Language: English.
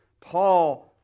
Paul